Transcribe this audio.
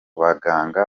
baganga